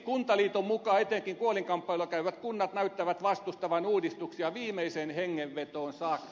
kuntaliiton mukaan etenkin kuolinkamppailua käyvät kunnat näyttävät vastustavan uudistuksia viimeiseen hengenvetoon saakka